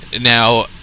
Now